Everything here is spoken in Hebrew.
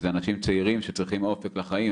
אלה אנשים צעירים שצריכים אופק לחיים,